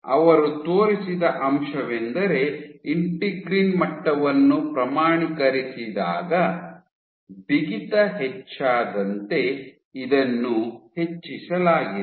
ಅವರು ತೋರಿಸಿದ ಅಂಶವೆಂದರೆ ಇಂಟಿಗ್ರಿನ್ ಮಟ್ಟವನ್ನು ಪ್ರಮಾಣೀಕರಿಸಿದಾಗ ಬಿಗಿತ ಹೆಚ್ಚಾದಂತೆ ಇದನ್ನು ಹೆಚ್ಚಿಸಲಾಗಿದೆ